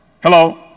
Hello